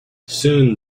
soon